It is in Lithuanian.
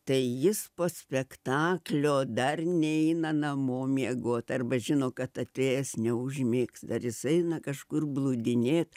tai jis po spektaklio dar neina namo miegot arba žino kad atėjęs neužmigs dar jis eina kažkur blūdinėt